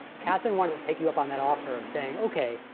katherine wanted to take you up on that offer of saying, okay,